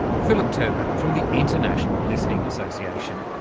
philip tirpak from the international listening association.